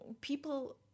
people